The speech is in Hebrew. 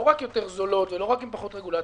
לא רק יותר זולות ולא רק עם פחות רגולציה,